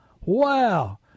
wow